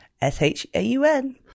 S-H-A-U-N